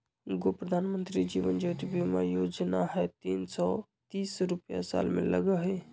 गो प्रधानमंत्री जीवन ज्योति बीमा योजना है तीन सौ तीस रुपए साल में लगहई?